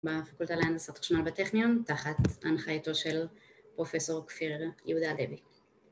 ‫בפקולטה להנדסת חשמל בטכניון, ‫תחת הנחייתו של פרופ' כפיר יהודה לוי.